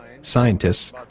Scientists